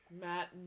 Matt